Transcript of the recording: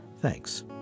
Thanks